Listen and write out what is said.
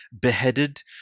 beheaded